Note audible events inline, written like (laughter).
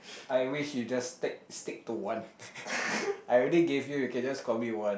I wish you just take stick to one (laughs) I already gave you you can just commit one